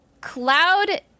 Cloud